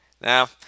Now